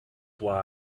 why